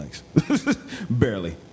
Barely